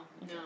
No